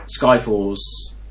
Skyfall's